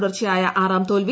തുടർച്ചയായ ആറാം തോൽവി